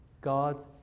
God